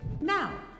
now